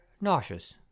nauseous